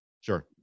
Sure